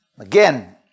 Again